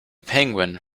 penguin